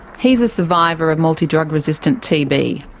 he is a survivor of multi drug resistant tb.